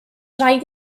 rhaid